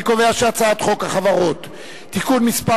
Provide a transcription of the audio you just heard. אני קובע שחוק החברות (תיקון מס'